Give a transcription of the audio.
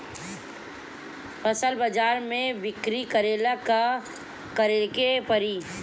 फसल बाजार मे बिक्री करेला का करेके परी?